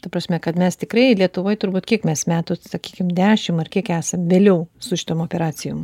ta prasme kad mes tikrai lietuvoj turbūt kiek mes metų sakykim dešimt ar kiek esam vėliau su šitom operacijom